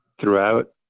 throughout